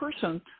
person